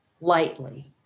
lightly